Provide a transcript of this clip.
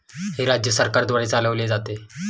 हे राज्य सरकारद्वारे चालविले जाते